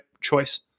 choice